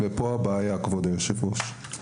ופה הבעיה כבוד היושב-ראש.